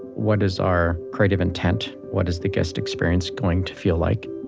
what is our creative intent, what is the guest experience going to feel like,